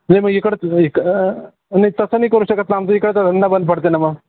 नाही मग इकडचं हीक नाही तसं नाही करू शकत ना आमचं इकडचा धंदा बंद पडते ना मग